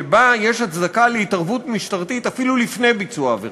שבה יש הצדקה להתערבות משטרתית אפילו לפני ביצוע עבירה.